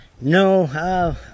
No